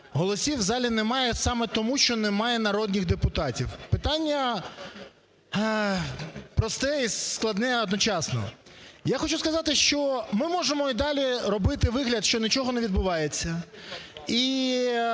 голосів у залі немає саме тому, що немає народних депутатів. Питання просте і складне, одночасно я хочу сказати, що ми можемо й далі робити вигляд, що нічого не відбувається